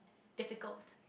difficult